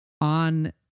on